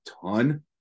ton